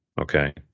Okay